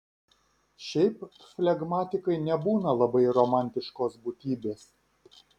šiaip flegmatikai nebūna labai romantiškos būtybės